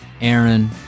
Aaron